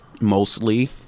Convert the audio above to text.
mostly